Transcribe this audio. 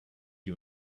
you